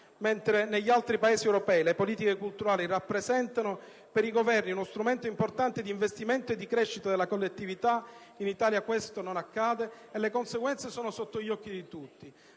Mentre negli altri Paesi europei le politiche culturali rappresentano per i Governi uno strumento importante di investimento e di crescita della collettività, in Italia questo non accade e le conseguenze sono sotto gli occhi di tutti.